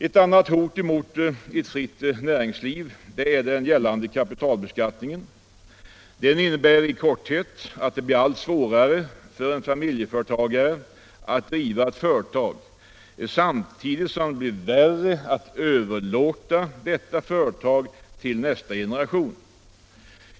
Ett annat hot mot ett fritt näringsliv är den gällande kapitalbeskattningen. Den innebär i korthet att det blir allt svårare för en familjeföretagare att driva ett företag samtidigt som det blir värre att överlåta detta företag till nästa generation.